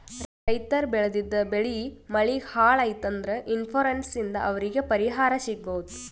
ರೈತರ್ ಬೆಳೆದಿದ್ದ್ ಬೆಳಿ ಮಳಿಗ್ ಹಾಳ್ ಆಯ್ತ್ ಅಂದ್ರ ಇನ್ಶೂರೆನ್ಸ್ ಇಂದ್ ಅವ್ರಿಗ್ ಪರಿಹಾರ್ ಸಿಗ್ಬಹುದ್